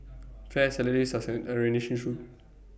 fair salaries are an issue